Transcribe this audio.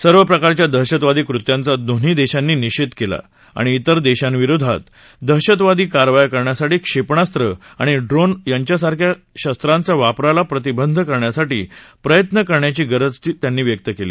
सर्व प्रकारच्या दहशतवादी कृत्यांचा दोन्ही देशांनी निषेध केला आणि इतर देशांविरोधात दहशतवादी कारवाया करण्यासाठी क्षेपणास्त्र आणि ड्रोन यांच्यासारख्या शस्त्रांच्या वापराला प्रतिबंध करण्यासाठी प्रयत्न करण्याची गरज व्यक्त केली